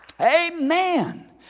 Amen